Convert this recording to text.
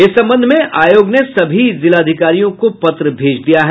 इस संबंध में आयोग ने सभी जिलाधिकारियों को पत्र भेज दिया है